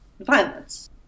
violence